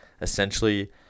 essentially